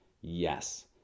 Yes